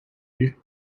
you